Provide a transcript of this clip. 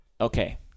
Okay